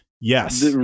Yes